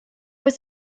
was